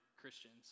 Christians